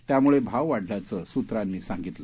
त्यामुळे भाव वाढल्याचं सूत्रांनी सांगितलं